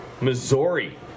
Missouri